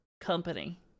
company